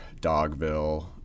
Dogville